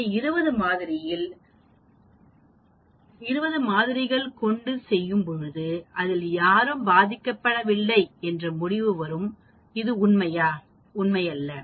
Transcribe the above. அந்த 20 மாதிரியில் மாதிரிகள் கொண்டு செய்யும்பொழுது அதில் யாரும் பாதிக்கப்படவில்லை என்று முடிவு வரும் இது உண்மையல்ல